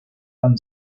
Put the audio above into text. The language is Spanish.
han